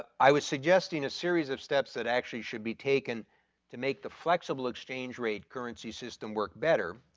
i was suggesting a series of steps that actually should be taken to make the flexible exchange rate currency system work better.